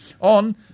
on